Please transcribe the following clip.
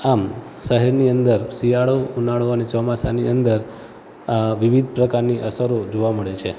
આમ શહેરની અંદર શિયાળો ઉનાળો અને ચોમાસાની અંદર આ વિવિધ પ્રકારની અસરો જોવા મળે છે